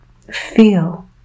feel